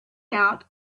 out